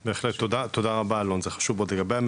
בהחלט, תודה רבה אלון זה חשוב מאוד.